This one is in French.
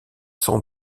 sans